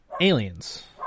aliens